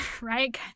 right